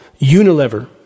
Unilever